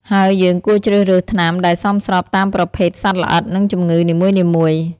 ហើយយើងគួរជ្រើសរើសថ្នាំដែលសមស្របតាមប្រភេទសត្វល្អិត និងជំងឺនីមួយៗ។